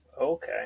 Okay